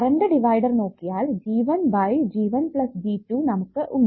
current divider നോക്കിയാൽ G1 by G1 plus G2 നമുക്ക് ഉണ്ട്